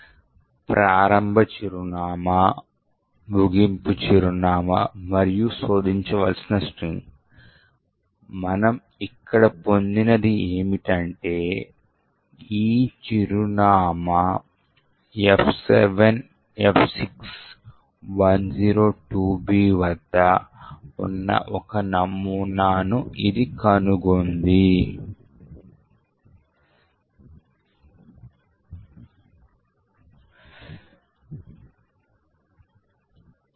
మీరు ఇక్కడ చూడగలిగినట్లుగా ఇది మనము కనుగొన్న system ఫంక్షన్ చిరునామాతో సరిపోతుంది తదుపరిది నిజంగా స్టాక్లో 4 బైట్లు కాబట్టి మనము దానిని కొన్ని ఏకపక్ష విలువలతో నింపాము ఈ సందర్భంలో మనము Aని ఉంచాము కాని మనం దానిని దేనితోనైనా పూరించగలము మరియు తరువాత "binsh" స్ట్రింగ్ యొక్క చిరునామాను ఉంచాము కాబట్టి ఈ చిరునామా F7F6102B "binsh" కోసం మనం కనుగొన్న చిరునామాతో సరిపోతుంది